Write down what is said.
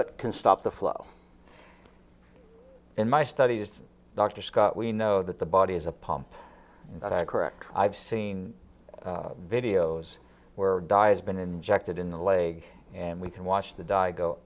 it can stop the flow in my studies dr scott we know that the body is a pump correct i've seen videos where dives been injected in the leg and we can wash the dye go